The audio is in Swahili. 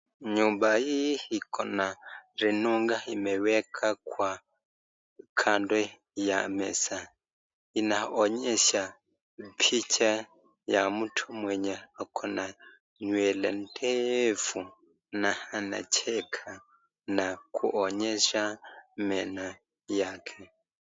Nyumba hii iko rinunka imewekwa kwa kando ya meza, inaonyesha picha ya mtu mwenye ako na nywele ndefu na anacheka na kuonyesha meno yake.